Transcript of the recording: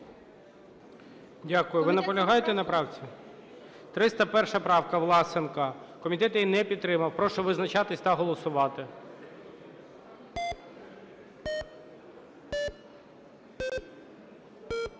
Ви наполягаєте на правці? 301 правка Власенка. Комітет її не підтримав. Прошу визначатись та голосувати.